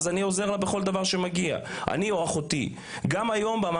אז אני או אחותי עוזרים לה בכל דבר שמגיע.